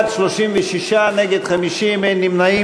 איציק שמולי,